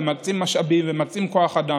מקצים משאבים ומקצים כוח אדם,